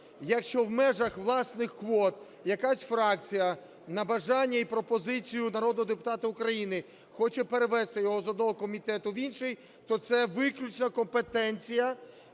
якщо в межах власних квот якась фракція на бажання і пропозицію народного депутата України хоче перевести його з одного комітету в інший, то це виключно компетенція